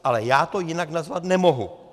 Ale já to jinak nazvat nemohu.